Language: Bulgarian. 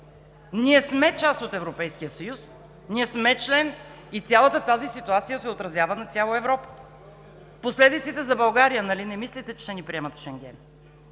Ние сме част от Европейския съюз, ние сме член и цялата тази ситуация се отразява на цяла Европа. Последиците за България? Нали не мислите, че ще ни приемат в Шенген?!